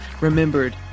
Remembered